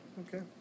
okay